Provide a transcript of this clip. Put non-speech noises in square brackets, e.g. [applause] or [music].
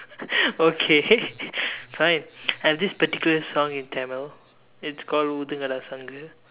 okay [laughs] fine I have this particular song in Tamil it's called oothungada sangu